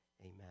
Amen